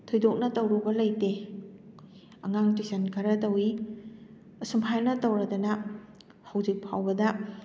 ꯊꯣꯏꯗꯣꯛꯅ ꯇꯧꯔꯨꯕ ꯂꯩꯇꯦ ꯑꯉꯥꯡ ꯇꯨꯏꯁꯟ ꯈꯔ ꯇꯧꯏ ꯑꯁꯨꯝ ꯍꯥꯏꯅ ꯇꯧꯔꯗꯅ ꯍꯧꯖꯤꯛ ꯐꯥꯎꯕꯗ